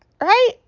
Right